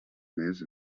més